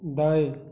दाएं